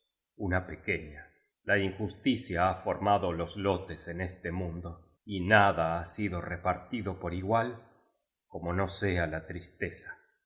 una pequeña la injus ticia ha formado los lotes en este mundo y nada ha sido re partido por igual como no sea la tristeza pero